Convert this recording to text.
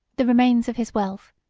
the remains of his wealth,